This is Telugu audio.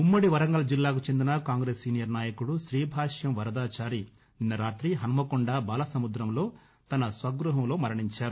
ఉమ్మడి వరంగల్ జిల్లాకు చెందిన కాంగ్రెస్ సీనియర్ నాయకుడు శ్రీభాష్యం వరదాచారి నిన్న రాతి హన్నకొండ బాలసముద్రంలో తన స్వగ్బహంలో మరణించారు